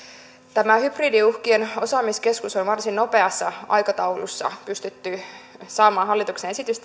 tämä hybridiuhkien osaamiskeskus on varsin nopeassa aikataulussa pystytty saamaan aikaiseksi hallituksen esitys